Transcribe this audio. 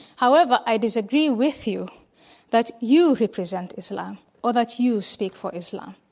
however, i disagree with you that you represent islam or that you speak for islam.